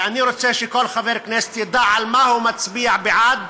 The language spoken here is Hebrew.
ואני רוצה שכל חבר כנסת ידע על מה הוא מצביע בעד